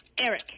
Eric